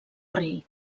rei